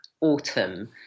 autumn